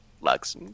Lux